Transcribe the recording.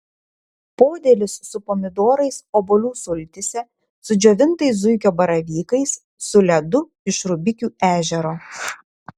podėlis su pomidorais obuolių sultyse su džiovintais zuikio baravykais su ledu iš rubikių ežero